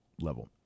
level